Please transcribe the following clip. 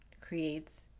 creates